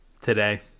today